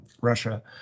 Russia